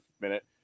minute